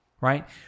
right